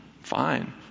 Fine